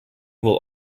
will